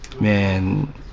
man